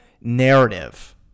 narrative